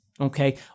okay